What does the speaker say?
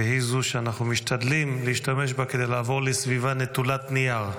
והיא זו שאנחנו משתדלים להשתמש בה כדי לעבור לסביבה נטולת נייר.